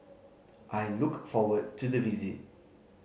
I look forward to the visit